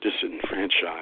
disenfranchised